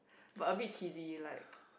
but a bit cheesy like